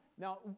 Now